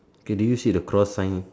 okay do you see the cross sign